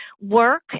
work